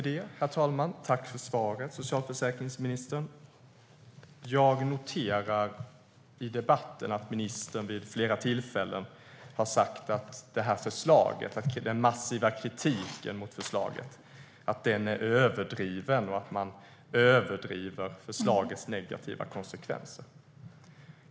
Herr talman! Tack för svaret, socialförsäkringsministern! Jag noterar i debatten att ministern vid flera tillfällen har sagt att den massiva kritiken mot förslaget är överdriven och att man överdriver förslagets negativa konsekvenser.